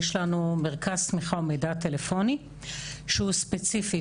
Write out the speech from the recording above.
יש לנו מרכז תמיכה ומידע טלפוני שהוא ספציפית,